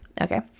Okay